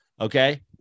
okay